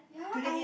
ya I